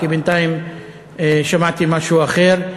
כי בינתיים שמעתי משהו אחר.